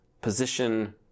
position